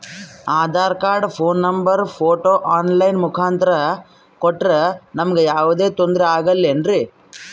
Aadhaar card, phone number, photo online ಮುಖಾಂತ್ರ ಕೊಟ್ರ ನಮಗೆ ಯಾವುದೇ ತೊಂದ್ರೆ ಆಗಲೇನ್ರಿ?